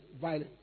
violence